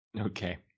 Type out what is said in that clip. Okay